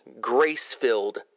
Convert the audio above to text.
grace-filled